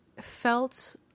felt